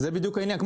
המחיר יכול להשתנות.